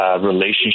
Relationship